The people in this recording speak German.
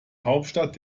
hauptstadt